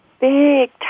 big